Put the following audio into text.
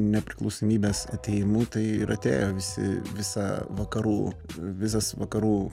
nepriklausomybės atėjimu tai ir atėjo visi visa vakarų visas vakarų